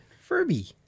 Furby